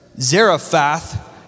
Zarephath